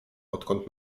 odkąd